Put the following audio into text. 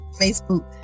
Facebook